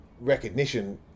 recognition